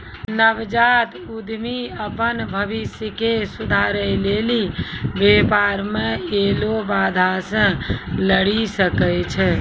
नवजात उद्यमि अपन भविष्य के सुधारै लेली व्यापार मे ऐलो बाधा से लरी सकै छै